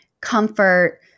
comfort